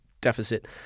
deficit